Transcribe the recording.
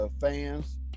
fans